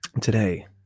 today